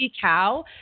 cow